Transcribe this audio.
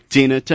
Tina